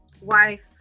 wife